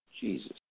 Jesus